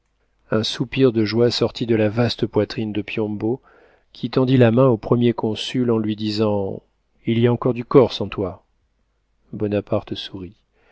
un soupir de joie sortit de la vaste poitrine de piombo qui tendit la main au premier consul en lui disant il y a encore du corse en toi bonaparte sourit